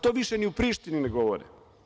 To više ni u Prištini ne govore.